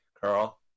Carl